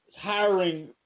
hiring